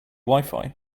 wifi